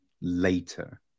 later